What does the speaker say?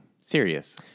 serious